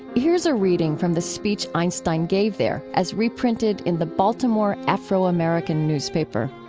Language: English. here's a reading from the speech einstein gave there as reprinted in the baltimore afro-american newspaper